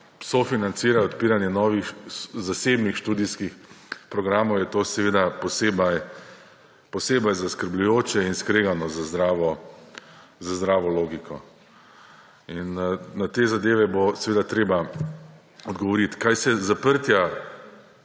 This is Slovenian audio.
sofinancira odpiranje novih zasebnih študijskih programov. To je seveda posebej zaskrbljujoče in skregano z zdravo logiko. Na te zadeve bo seveda treba odgovoriti. Kar se zaprtja